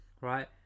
Right